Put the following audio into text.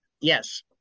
Yes